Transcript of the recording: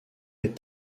est